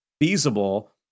feasible